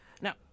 Now